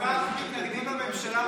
אם אתם כל כך מתנגדים לממשלה,